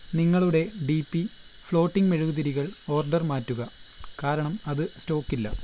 നിങ്ങളുടെ D P floating മെഴുകുതിരികൾ order മാറ്റുക കാരണം അത് സ്റ്റോക്കില്ല